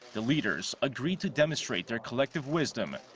the leaders agreed to demonstrate their collective wisdom,